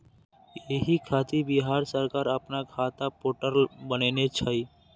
एहि खातिर बिहार सरकार अपना खाता पोर्टल बनेने छै